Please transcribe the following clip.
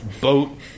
boat